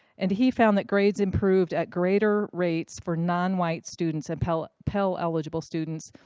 and he found that grades improved at greater rates for nonwhite students and pell pell eligible students.